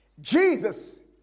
Jesus